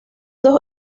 dos